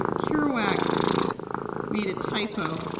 um kerouac made a typo,